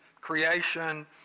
creation